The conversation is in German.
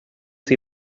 sie